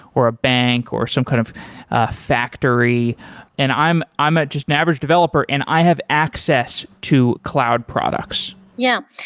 or a bank, or some kind of ah factory and i'm i'm ah just an average developer and i have access to cloud products? yeah.